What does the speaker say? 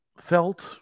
felt